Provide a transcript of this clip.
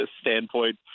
standpoint